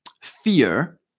fear